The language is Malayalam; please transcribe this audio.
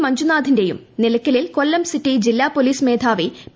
മഞ്ജുനാഥിന്റെയും നിലയ്ക്കലിൽ കൊല്ലം സിറ്റി ജില്ലാ പോലീസ് മേധാവി പി